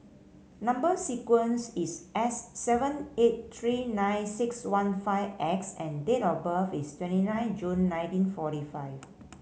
number sequence is S seven eight three nine six one five X and date of birth is twenty nine June nineteen forty five